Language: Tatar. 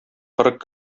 кырык